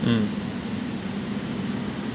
mm